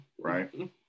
right